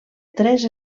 tres